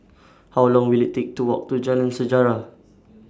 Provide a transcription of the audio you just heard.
How Long Will IT Take to Walk to Jalan Sejarah